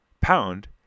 pound